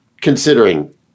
considering